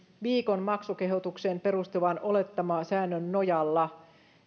viikon maksukehotukseen perustuvan olettamasäännön nojalla